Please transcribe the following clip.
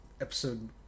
episode